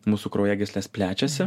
mūsų kraujagyslės plečiasi